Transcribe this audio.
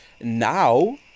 Now